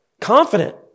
Confident